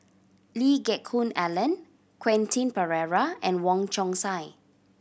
Lee Geck Hoon Ellen Quentin Pereira and Wong Chong Sai